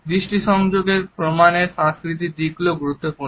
দৃষ্টি সংযোগের প্রমানের সাংস্কৃতিক দিকগুলিও গুরুত্বপূর্ণ